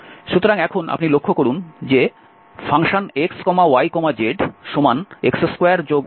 সুতরাং এখন আপনি লক্ষ্য করুন যে fx y zx2y2z2